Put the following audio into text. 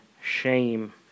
shame